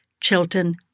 Chilton